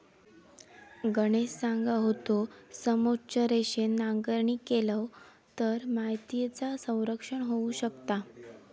गणेश सांगा होतो, समोच्च रेषेन नांगरणी केलव तर मातीयेचा संरक्षण होऊ शकता